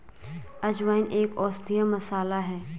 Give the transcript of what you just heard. अजवाइन एक औषधीय मसाला है